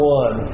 one